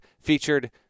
featured